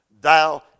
Thou